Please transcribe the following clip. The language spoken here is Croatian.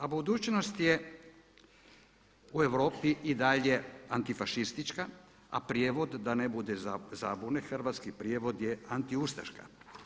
A budućnost je u Europi i dalje antifašistička a prijevod da ne bude zabune, hrvatski prijevod je antiustaška.